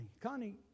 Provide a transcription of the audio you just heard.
Connie